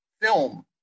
film